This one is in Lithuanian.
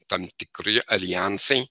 tam tikri aljansai